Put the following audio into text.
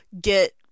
Get